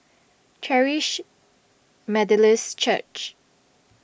Charis Methodist Church